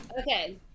Okay